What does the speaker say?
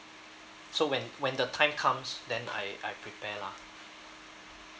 so when when the time comes then I I prepare lah